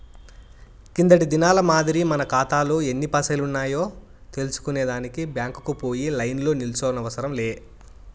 కిందటి దినాల మాదిరి మన కాతాలో ఎన్ని పైసలున్నాయో తెల్సుకునే దానికి బ్యాంకుకు పోయి లైన్లో నిల్సోనవసరం లే